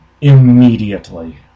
Immediately